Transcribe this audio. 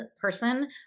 person